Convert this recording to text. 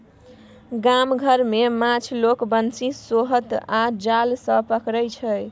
गाम घर मे माछ लोक बंशी, सोहथ आ जाल सँ पकरै छै